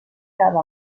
cada